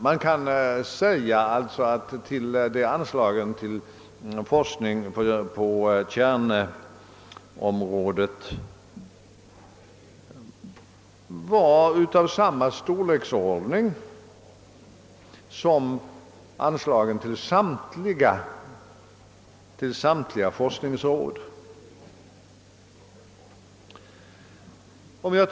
Man kan sålunda säga att anslagen till forskning på kärnkraftsområdet var av samma storleksordning som anslagen till alla övriga forskningsråd tillsammans.